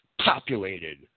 populated